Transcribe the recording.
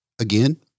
again